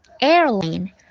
Airline